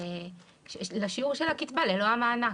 לשיעור הקצבה ללא המענק.